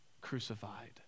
crucified